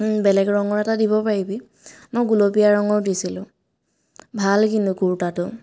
বেলেগ ৰঙৰ এটা দিব পাৰিবি মই গুলপীয়া ৰঙৰ দিছিলোঁ ভাল কিন্তু কুৰ্তাটো